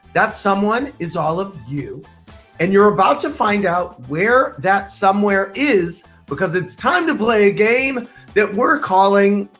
that someone is all of you and you're about to find out where that somewhere is because it's time to play a game that we're calling.